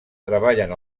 treballen